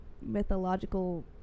mythological